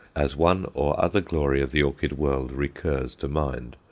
as one or other glory of the orchid world recurs to mind,